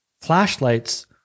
flashlights